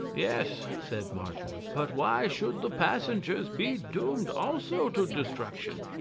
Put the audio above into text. yes, said martin but why should the passengers be doomed also to destruction?